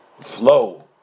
flow